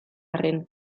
arren